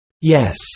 Yes